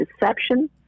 deception